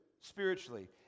spiritually